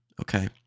okay